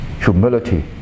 humility